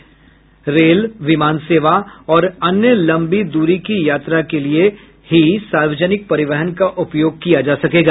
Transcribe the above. केवल रेल विमान सेवा और अन्य लंबी दूरी यात्रा के लिए ही सार्वजनिक परिवहन का उपयोग किया जा सकेगा